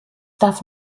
darf